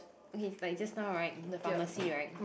okay like just now right the pharmacy [right]